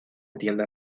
tiendas